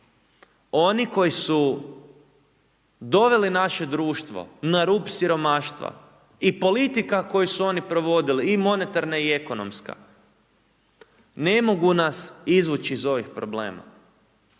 Oni koji su doveli naše društvo na rub siromaštva i politika koju su oni provodili i monetarna i ekonomska ne mogu nas izvući iz ovih problema.